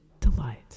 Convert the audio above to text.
delight